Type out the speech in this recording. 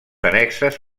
annexes